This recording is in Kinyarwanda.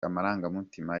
amarangamutima